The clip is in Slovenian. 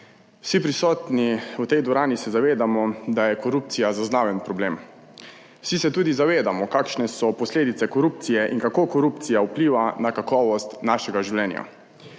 Vsi prisotni v tej dvorani, se zavedamo, da je korupcija zaznaven problem. Vsi se tudi zavedamo, kakšne so posledice korupcije in kako korupcija vpliva na kakovost našega življenja.